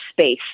space